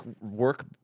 work